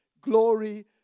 glory